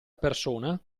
persona